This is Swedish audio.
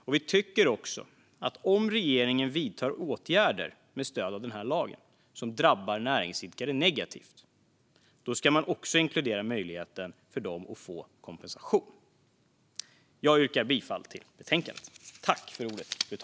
Och vi tycker att om regeringen vidtar åtgärder med stöd av den här lagen som drabbar näringsidkare negativt, då ska man också inkludera en möjlighet för dem att få kompensation. Jag yrkar bifall till förslaget.